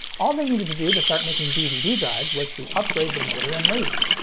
all they needed to do to start making dvd drives was to upgrade the motor and laser.